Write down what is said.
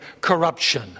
corruption